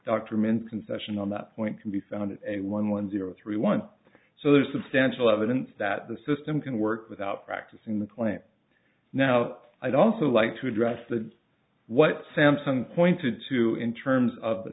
dr mint concession on that point can be found in a one one zero three one so there's substantial evidence that the system can work without practicing the claim now i'd also like to address the what samsung pointed to in terms of the